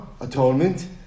Atonement